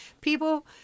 People